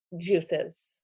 juices